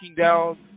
down